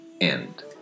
end